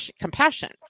compassion